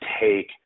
take